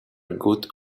good